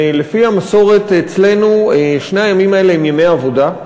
לפי המסורת אצלנו, שני הימים האלה הם ימי עבודה,